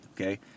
Okay